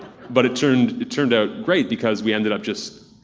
but it turned it turned out great because we ended up just,